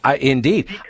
Indeed